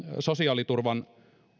sosiaaliturvan